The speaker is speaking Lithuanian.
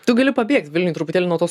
tu gali pabėgt vilniuj truputėlį nuo to